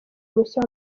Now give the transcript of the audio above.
mushya